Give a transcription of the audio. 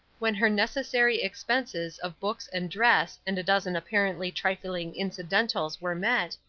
when her necessary expenses of books and dress, and a dozen apparently trifling incidentals were met,